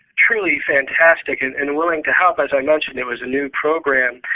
truly fantastic and and willing to help. as i mentioned, it was a new program,